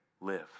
live